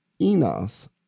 enos